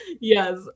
yes